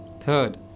Third